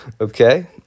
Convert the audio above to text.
okay